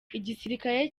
igisirikare